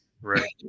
right